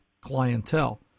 clientele